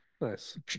Nice